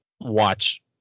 watch